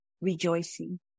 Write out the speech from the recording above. rejoicing